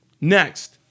Next